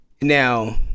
Now